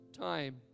time